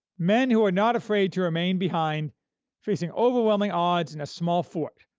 men who were not afraid to remain behind facing overwhelming odds in a small fort,